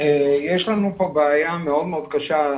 יש לנו פה בעיה מאוד מאוד קשה.